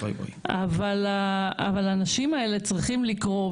אבל האנשים האלה צריכים לקרוא,